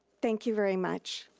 thank you very much.